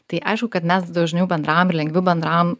tai aišku kad mes dažniau bendraujam ir lengviau bendraujam